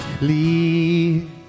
leave